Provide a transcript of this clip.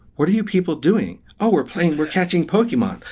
what are you people doing? oh! we're playing. we're catching pokemon.